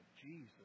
Jesus